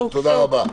תודה רבה.